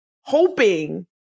hoping